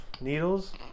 needles